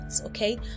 okay